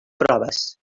proves